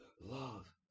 love